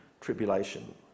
tribulation